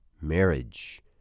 marriage